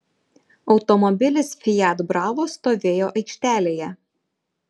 automobilis fiat bravo stovėjo aikštelėje